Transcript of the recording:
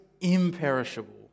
imperishable